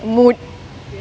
mood